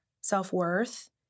self-worth